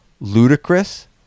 ludicrous